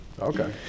Okay